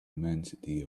immensity